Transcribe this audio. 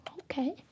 Okay